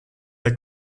der